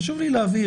חשוב לי להבהיר.